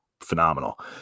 phenomenal